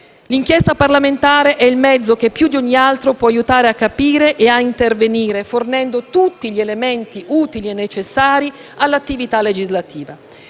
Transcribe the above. L'inchiesta parlamentare è il mezzo che più di ogni altro può aiutare a capire e intervenire, fornendo tutti gli elementi utili e necessari all'attività legislativa.